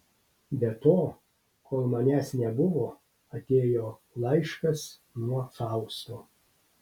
be to kol manęs nebuvo atėjo laiškas nuo fausto